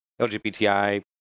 LGBTI